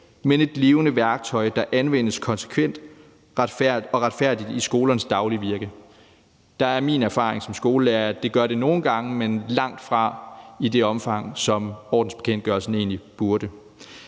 men et levende værktøj, der anvendes konsekvent og retfærdigt i skolernes daglige virke. Der er min erfaring som skolelærer, at det gør det nogle gange, men langtfra i det omfang, som ordensbekendtgørelsen egentlig burde.